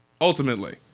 ultimately